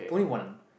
going one